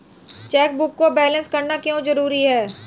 Chequebook को balance करना क्यों जरूरी है?